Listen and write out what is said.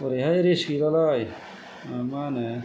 ओरैहाय रेस्त गैलालाय मा होनो